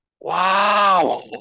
wow